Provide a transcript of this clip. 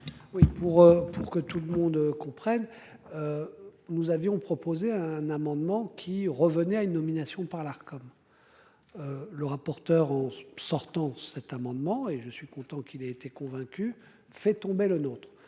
pour que tout le monde comprenne. Nous avions proposé un amendement qui revenait à une nomination par l'Arcom. Le rapporteur en sortant cet amendement et je suis content qu'il ait été. Fait tomber le nôtre